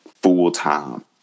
full-time